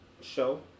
show